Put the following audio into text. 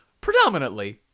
Predominantly